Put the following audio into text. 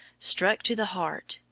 struck to the heart,